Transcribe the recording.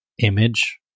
image